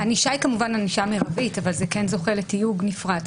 הענישה היא כמובן ענישה מרבית אבל זה כן זוכה לתיוג נפרד.